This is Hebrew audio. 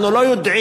אנחנו לא יודעים,